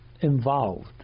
involved